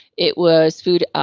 it was food